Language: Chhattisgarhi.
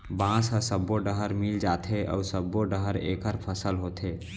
बांस ह सब्बो डहर मिल जाथे अउ सब्बो डहर एखर फसल होथे